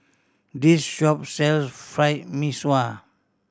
this shop sells Fried Mee Sua